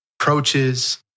approaches